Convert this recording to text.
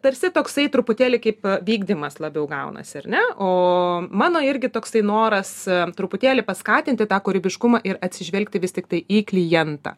tarsi toksai truputėlį kaip vykdymas labiau gaunasi ar ne o mano irgi toksai noras truputėlį paskatinti tą kūrybiškumą ir atsižvelgti vis tiktai į klientą